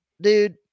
dude